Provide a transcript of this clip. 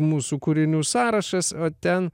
mūsų kūrinių sąrašas o ten